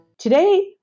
Today